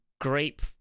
Grape